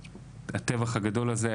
הטווח הגדול הזה,